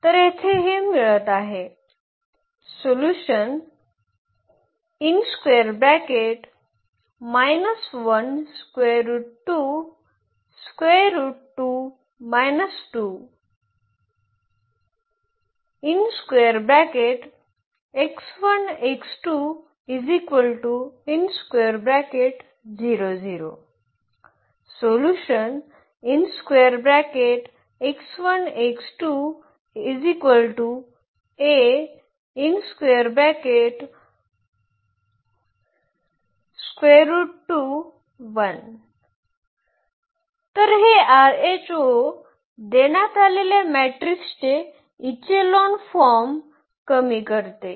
तर येथे हे मिळत आहे तर हे आरएचओ देण्यात आलेल्या मॅट्रिक्सचे इचेलॉन फॉर्म कमी करते